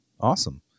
Awesome